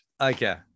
okay